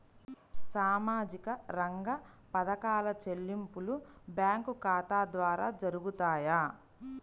సామాజిక రంగ పథకాల చెల్లింపులు బ్యాంకు ఖాతా ద్వార జరుగుతాయా?